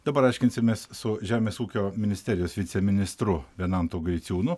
dabar aiškinsimės su žemės ūkio ministerijos viceministru venantu gaiciūnu